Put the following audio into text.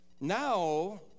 now